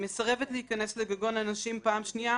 היא מסרבת להיכנס לגגון לנשים פעם שנייה,